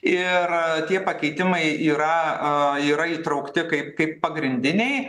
ir tie pakeitimai yra yra įtraukti kaip kaip pagrindiniai